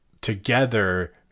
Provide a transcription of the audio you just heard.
together